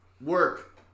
Work